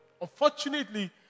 Unfortunately